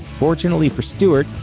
fortunately for stewart,